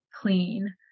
clean